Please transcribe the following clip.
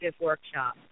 workshop